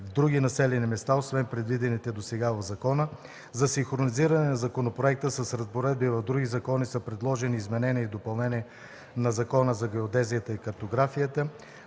други населени места, освен предвидените досега в закона. За синхронизиране на законопроекта с разпоредби в други закони са предложени изменения и допълнения на Закона за геодезията и картографията,